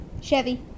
Chevy